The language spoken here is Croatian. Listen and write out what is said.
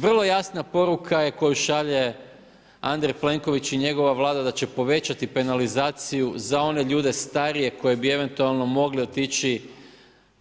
Vrlo jasna poruka je koju šalje Andrej Plenković i njegova Vlada da će povećati penalizaciju za one ljude starije koji bi eventualno mogli otići